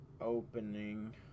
opening